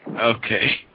Okay